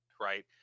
Right